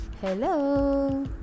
Hello